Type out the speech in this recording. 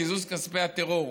קיזוז כספי הטרור,